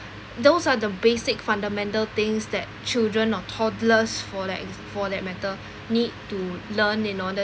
those are the basic fundamental things that children or toddlers for that for that matter need to learn in order